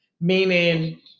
meaning